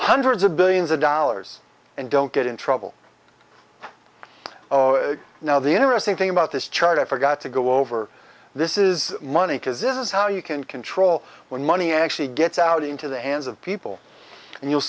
hundreds of billions of dollars and don't get in trouble oh now the interesting thing about this chart i forgot to go over this is money because this is how you can control when money actually gets out into the hands of people and you'll